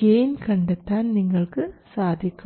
gain കണ്ടെത്താൻ നിങ്ങൾക്ക് സാധിക്കും